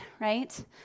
right